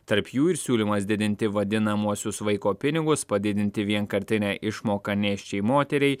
tarp jų ir siūlymas didinti vadinamuosius vaiko pinigus padidinti vienkartinę išmoką nėščiai moteriai